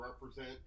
represent